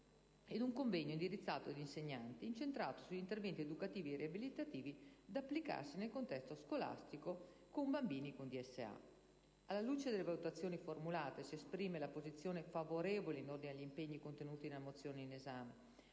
e un convegno indirizzato agli insegnanti, incentrato sugli interventi educativi e riabilitativi da applicarsi nel contesto scolastico con bambini con DSA. Alla luce delle valutazioni formulate, si esprime la posizione favorevole in ordine agli impegni contenuti nella mozione in esame